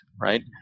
right